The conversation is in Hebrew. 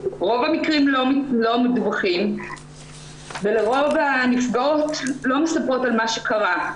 רוב המקרים לא מדווחים ולרוב הנפגעות לא מספרות על מה שקרה.